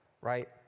right